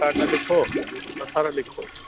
पटाटा लिखो हिकु बसरि लिखो